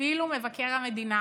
אפילו מבקר המדינה.